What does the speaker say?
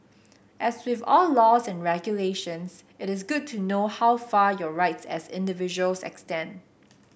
as with all laws and regulations it is good to know how far your rights as individuals extend